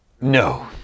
No